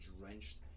drenched